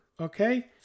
okay